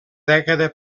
dècada